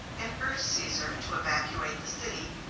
and urged caesar to evacuate the city,